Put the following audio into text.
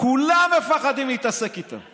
כולם מפחדים להתעסק איתם.